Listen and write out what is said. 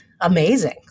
amazing